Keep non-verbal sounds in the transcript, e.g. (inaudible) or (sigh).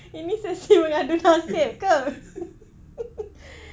ini sesi mengadu nasib ke (noise)